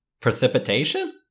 precipitation